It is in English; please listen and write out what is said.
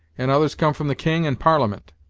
and others come from the king and parliament.